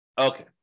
Okay